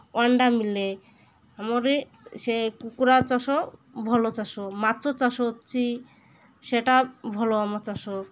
ଅଣ୍ଡା ମିଳେ ଆମର ସେ କୁକୁଡ଼ା ଚାଷ ଭଲ ଚାଷ ମାଛ ଚାଷ ଅଛିି ସେଟା ଭଲ ଆମ ଚାଷ